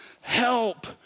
help